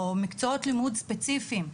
או מקצועות לימוד ספציפיים,